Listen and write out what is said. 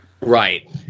Right